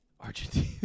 Argentina